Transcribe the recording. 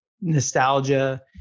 nostalgia